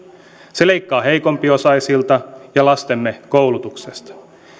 se leikkaa heikompiosaisilta ja lastemme koulutuksesta